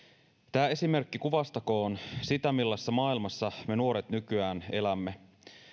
tämä esimerkki kuvastakoon sitä millaisessa maailmassa me nuoret nykyään elämme